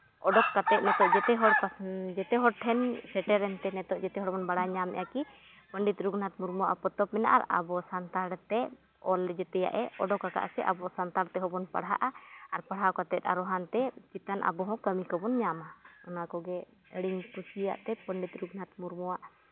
ᱚᱰᱳᱠ ᱠᱟᱛᱮᱫ ᱱᱤᱛᱚᱜ ᱡᱚᱛᱚ ᱦᱚᱲ ᱴᱷᱮᱱ ᱥᱮᱴᱮᱨᱮᱱᱛᱮ ᱱᱤᱛᱚᱜ ᱡᱚᱛᱚ ᱦᱚᱲ ᱵᱚᱱ ᱵᱟᱲᱟᱭ ᱧᱟᱢᱮᱫᱼᱟ ᱠᱤ ᱯᱚᱱᱰᱤᱛ ᱨᱚᱜᱷᱩᱱᱟᱛᱷ ᱢᱩᱨᱢᱩᱣᱟᱜ ᱯᱚᱛᱚᱵ ᱢᱮᱱᱟᱜᱼᱟ ᱟᱨ ᱟᱵᱚ ᱥᱟᱱᱛᱟᱲᱛᱮ ᱚᱞ ᱡᱚᱛᱚᱣᱟᱜ ᱮ ᱚᱰᱳᱠ ᱟᱠᱟᱫᱼᱟ ᱥᱮ ᱟᱵᱚ ᱥᱟᱱᱛᱟᱲ ᱛᱮᱦᱚᱸ ᱵᱚᱱ ᱯᱟᱲᱦᱟᱜᱼᱟ ᱟᱨ ᱯᱟᱲᱦᱟᱣ ᱠᱟᱛᱮᱫ ᱦᱟᱱᱛᱮ ᱪᱮᱛᱟᱱ ᱟᱵᱚ ᱦᱚᱸ ᱠᱟᱹᱢᱤ ᱠᱚᱵᱚᱱ ᱧᱟᱢᱟ ᱚᱱᱟ ᱠᱚᱜᱮ ᱟᱹᱰᱤᱧ ᱠᱩᱥᱤᱭᱟᱜᱛᱮ ᱯᱚᱱᱰᱤᱛ ᱨᱚᱜᱷᱩᱱᱟᱛᱷ ᱢᱩᱨᱢᱩᱣᱟᱜ